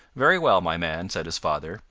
very well, my man, said his father,